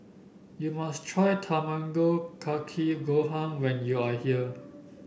you must try Tamago Kake Gohan when you are here